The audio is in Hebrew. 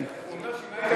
הוא אומר,